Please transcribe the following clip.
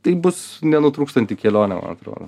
tai bus nenutrūkstanti kelionė man atrodo